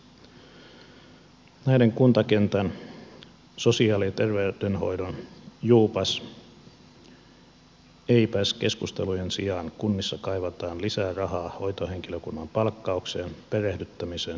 näiden kuntakentän sosiaali ja terveydenhoidon juupaseipäs keskustelujen sijaan kunnissa kaivataan lisää rahaa hoitohenkilökunnan palkkaukseen perehdyttämiseen ja koulutukseen